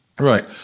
Right